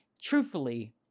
Truthfully